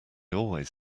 always